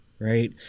right